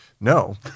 No